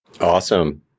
Awesome